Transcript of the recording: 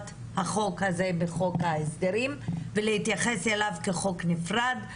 החוק הזה מחוק ההסדרים ולהתייחס אליו כחוק נפרד.